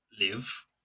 live